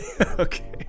Okay